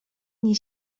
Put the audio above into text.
nie